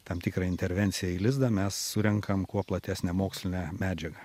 tam tikrą intervenciją į lizdą mes surenkam kuo platesnę mokslinę medžiagą